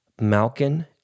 Malkin